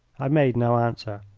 i made no answer.